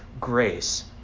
grace